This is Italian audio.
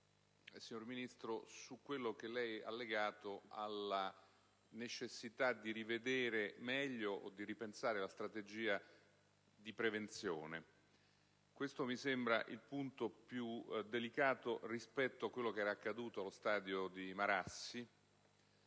signor Ministro, circa la necessità di rivedere meglio o di ripensare la strategia di prevenzione. Questo mi sembra il punto più delicato, rispetto a quello che era accaduto allo stadio di Marassi,